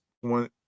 one